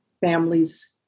families